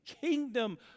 kingdom